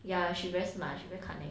ya she very smart she very cunning